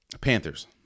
Panthers